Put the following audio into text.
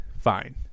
Fine